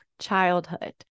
childhood